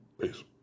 Peace